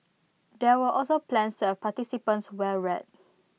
there were also plans to have participants wear red